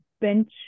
bench